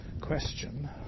question